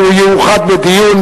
הוא יאוחד בדיון,